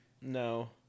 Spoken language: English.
No